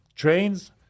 Trains